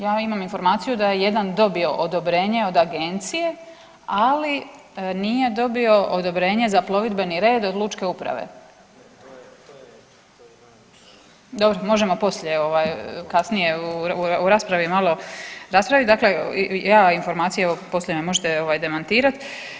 Ja imam informaciju da je jedan dobio odobrenje od agencije, ali nije dobio odobrenje za plovidbeni red od lučke uprave. … [[Upadica iz klupe se ne razumije]] Dobro, možemo poslije ovaj, kasnije u raspravi malo raspravit, dakle ja informacije evo poslije me možete ovaj demantirat.